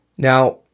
Now